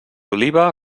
oliva